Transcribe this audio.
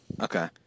Okay